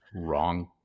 wrong